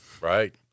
Right